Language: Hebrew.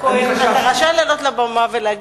אתה רשאי לעלות לבמה ולהגיד: